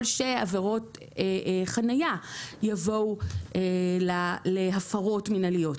שעבירות חניה יבואו להפרות מינהליות.